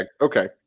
okay